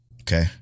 okay